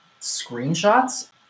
screenshots